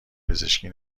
پزشکی